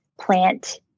plant